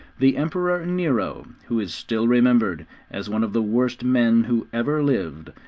the emperor nero, who is still remembered as one of the worst men who ever lived,